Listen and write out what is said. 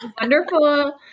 wonderful